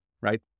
right